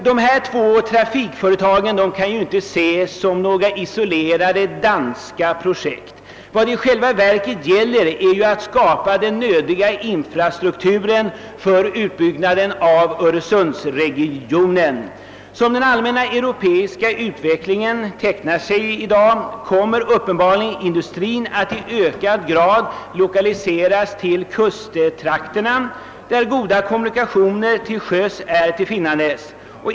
Dessa två trafikföretag kan inte ses som isolerade danska projekt. Det gäller i själva verket att skapa den nödvändiga infrastrukturen för utbyggnaden av öresundsregionen. Som den allmänna europeiska utvecklingen tecknar sig i dag kommer uppenbarligen industrin att i ökad grad lokaliseras till kusttrakterna, där goda kommunikationer till sjöss finns.